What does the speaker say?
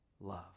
love